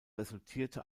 resultierte